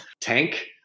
tank